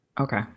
okay